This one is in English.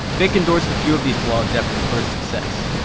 bic endorsed a few of these vlogs after the first success.